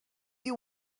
you